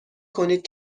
کنید